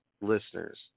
listeners